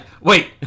wait